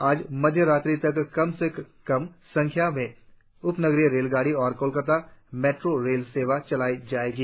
आज मध्य रात्रि तक कम से कम संख्या में उपनगरीय रेलगाडियां और कोलकाता मैट्रो रेल सेवाएं चलाई जाएंगी